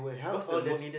what's the most